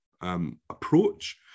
approach